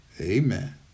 Amen